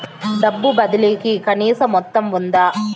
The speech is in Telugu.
డబ్బు బదిలీ కి కనీస మొత్తం ఉందా?